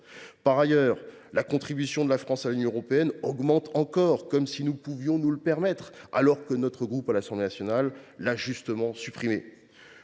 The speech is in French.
Par ailleurs, la contribution de la France à l’Union européenne progresse encore, comme si nous pouvions nous le permettre, alors que notre groupe à l’Assemblée nationale l’avait légitimement supprimée.